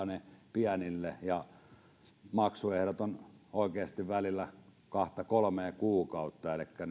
ne pienille ja maksuehdot ovat oikeasti välillä kahta kolmea kuukautta elikkä